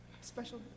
Special